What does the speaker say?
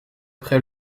près